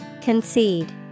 Concede